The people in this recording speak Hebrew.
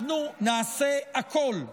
אנחנו נעשה הכול,